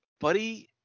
buddy